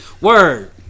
Word